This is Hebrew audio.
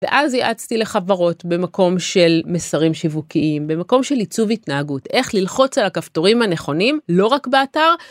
ואז ייעצתי לחברות במקום של מסרים שיווקיים, במקום של עיצוב התנהגות, איך ללחוץ על הכפתורים הנכונים, לא רק באתר.